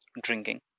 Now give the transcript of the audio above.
drinking